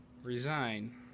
resign